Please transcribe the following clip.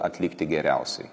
atlikti geriausiai